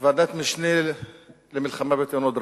ועדת משנה למלחמה בתאונות דרכים.